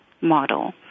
model